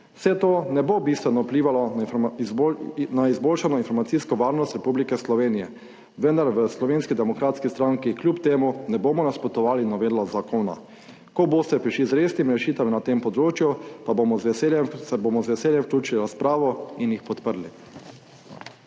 Vse to ne bo bistveno vplivalo na izboljšano informacijsko varnost Republike Slovenije, vendar v Slovenski demokratski stranki kljub temu ne bomo nasprotovali novela zakona. Ko boste prišli z resnimi rešitvami na tem področj,u pa se bomo z veseljem vključili v razpravo in jih podprli.